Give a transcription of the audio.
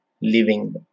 living